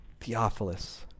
Theophilus